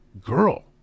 girl